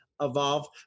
evolve